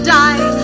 die